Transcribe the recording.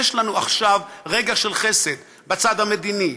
יש לנו עכשיו רגע של חסד בצד המדיני,